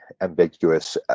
ambiguous